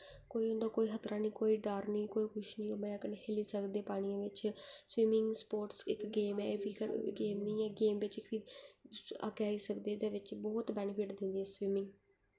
कोई उंदा कोई खतरा नेईं कोई डर नेईं कोई कुछ नेईं ओह् मजे कन्नै खेली सकदे पनियै बिच स्विमिंग स्पोर्टस इक गेम ऐ एह् बी गेम बिच फिर अग्गें आई सकदे ते फिर एहदे बिच बहोत बेनिफिट दिंदी ऐ स्विमिंग